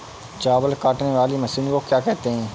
चावल काटने वाली मशीन को क्या कहते हैं?